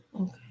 Okay